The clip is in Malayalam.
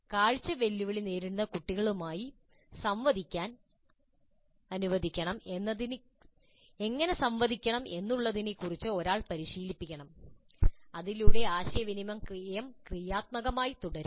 കാഴ്ച വെല്ലുവിളി നേരിടുന്ന കുട്ടികളുമായി എങ്ങനെ സംവദിക്കണം എന്നതിനെക്കുറിച്ച് ഒരാൾ പരിശീലിപ്പിക്കണം അതിലൂടെ ആശയവിനിമയം ക്രിയാത്മകമായി തുടരും